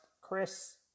Chris